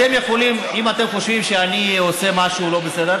אם אתם חושבים שאני עושה משהו לא בסדר,